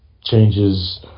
changes